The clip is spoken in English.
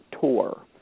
tour